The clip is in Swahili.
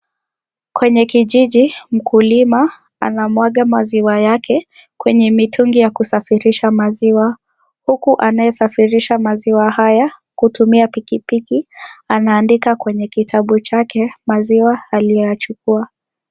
Kwenye kijiji mkulima anamwaga maziwa yake kwenye mitungi ya kusafirisha maziwa. Huku, anayesafisha maziwa haya kutumia pikipiki, anaandika kwenye kitabu chake, maziwa aliyoyachukua.